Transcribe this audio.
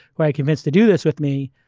who i convinced to do this with me.